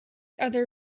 other